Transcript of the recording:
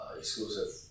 exclusive